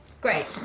great